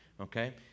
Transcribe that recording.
okay